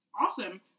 Awesome